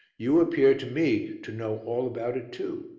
you appear to me to know all about it too.